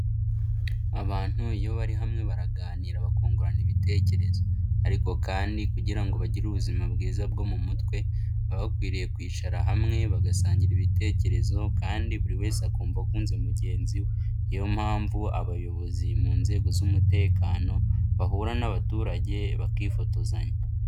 Abantu iyo bari hamwe baraganira bakungurana ibitekerezo. Ariko kandi kugira ngo bagire ubuzima bwiza bwo mu mutwe, baba bakwiriye kwicara hamwe bagasangira ibitekerezo, kandi buri wese akumva akunze mugenzi we. Ni yo mpamvu abayobozi mu nzego z'umutekano, bahura n'abaturage bakifotozanya.